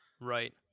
Right